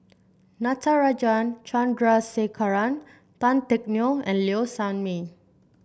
Natarajan Chandrasekaran Tan Teck Neo and Low Sanmay